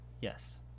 Yes